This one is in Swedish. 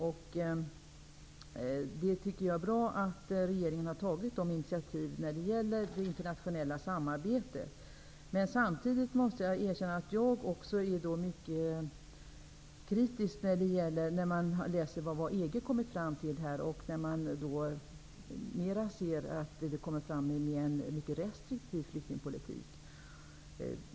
Jag tycker det är bra att regeringen har tagit dessa initiativ när det gäller det internationella samarbetet. Samtidigt måste jag erkänna att också jag är mycket kritisk inför det som EG kommit fram till, dvs. en mycket restriktiv flyktingpolitik.